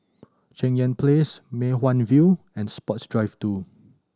Cheng Yan Place Mei Hwan View and Sports Drive Two